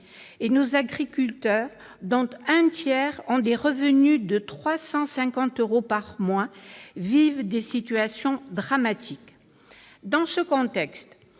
Nos agriculteurs, dont un tiers perçoivent 350 euros par mois, vivent des situations dramatiques. Dans ce contexte,